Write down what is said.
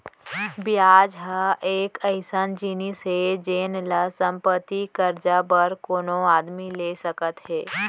बियाज ह एक अइसन जिनिस हे जेन ल संपत्ति, करजा बर कोनो आदमी ले सकत हें